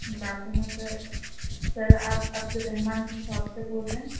good afternoon sir sir آپ Abdur Rahman fish shop سے بول رہے ہیں